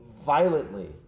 violently